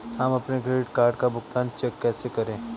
हम अपने credit card का भुगतान चेक से कैसे करें?